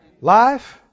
Life